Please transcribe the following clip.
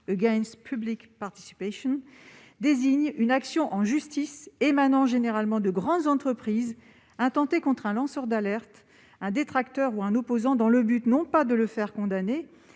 ou Slapp (pour, désigne une action en justice, émanant généralement de grandes entreprises, intentée contre un lanceur d'alerte, un détracteur ou un opposant afin, non pas de le faire condamner,